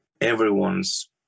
everyone's